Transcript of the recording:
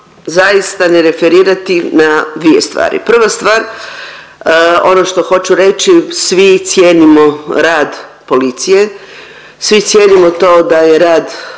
zaista ne referirati na dvije stvari. Prva stvar ono što hoću reći svi cijenimo rad policije, svi cijenimo to da je rad